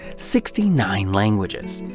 sixty-nine languages.